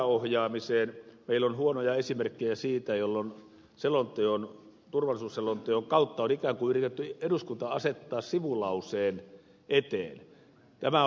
meillä on huonoja esimerkkejä siitä jolloin turvallisuusselonteon kautta on ikään kuin yritetty eduskunta asettaa sivulauseen eteen